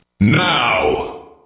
Now